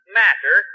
matter